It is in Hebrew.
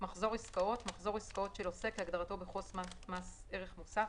"מחזור עסקאות" מחזור עסקאות של עוסק כהגדרתו בחוק מס ערך מוסף,